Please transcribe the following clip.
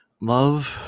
love